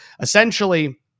essentially